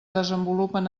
desenvolupen